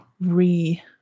re-